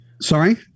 sorry